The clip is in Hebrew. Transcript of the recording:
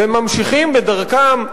וממשיכים בדרכם,